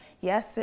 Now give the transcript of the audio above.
yes